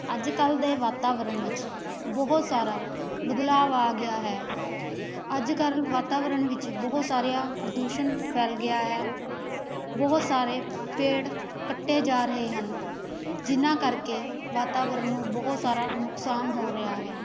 ਅੱਜ ਕੱਲ੍ਹ ਦੇ ਵਾਤਾਵਰਨ ਵਿੱਚ ਬਹੁਤ ਸਾਰਾ ਬਦਲਾਵ ਆ ਗਿਆ ਹੈ ਅੱਜ ਕੱਲ੍ਹ ਵਾਤਾਵਰਨ ਵਿੱਚ ਬਹੁਤ ਸਾਰਿਆਂ ਪ੍ਰਦੂਸ਼ਣ ਫੈਲ ਗਿਆ ਹੈ ਬਹੁਤ ਸਾਰੇ ਪੇੜ ਕੱਟੇ ਜਾ ਰਹੇ ਹਨ ਜਿਨ੍ਹਾਂ ਕਰਕੇ ਵਾਤਾਵਰਨ ਨੂੰ ਬਹੁਤ ਸਾਰਾ ਨੁਕਸਾਨ ਹੋ ਰਿਹਾ ਹੈ